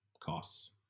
costs